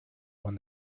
when